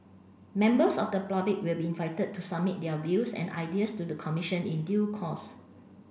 members of the public will be invited to submit their views and ideas to the Commission in due course